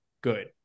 good